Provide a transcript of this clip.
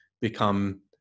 become